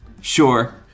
Sure